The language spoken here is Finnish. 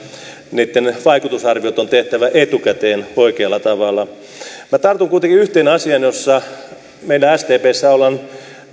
niitten vaikutusarviot on tehtävä etukäteen oikealla tavalla minä tartun kuitenkin yhteen asiaan jossa meillä sdpssä ollaan